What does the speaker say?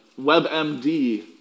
WebMD